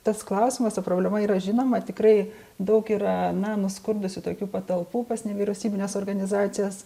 tas klausimas ta problema yra žinoma tikrai daug yra na nuskurdusių tokių patalpų pas nevyriausybines organizacijas